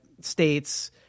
states